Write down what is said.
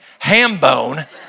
Hambone